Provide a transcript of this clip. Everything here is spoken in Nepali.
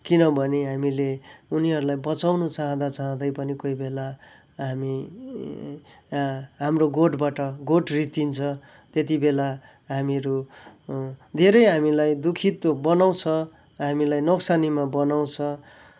किनभने हामीले उनीहरूलाई बचाउँनु चाहँदा चाहँदै पनि कोही बेला हामी हाम्रो गोठबाट गोठ रित्तिन्छ त्यति बेला हामीहरू धेरै हामीलाई दुखित बनाउँछ हामीलाई नोक्सानीमा बनाउँछ